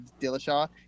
Dillashaw